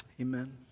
Amen